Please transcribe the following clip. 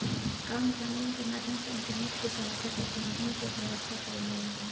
crowdfunding के माध्यम से इंटरनेट के सहायता से फंडिंग के व्यवस्था कईल जाला